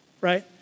right